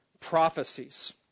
prophecies